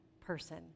person